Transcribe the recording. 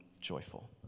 joyful